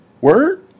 Word